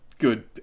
Good